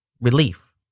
relief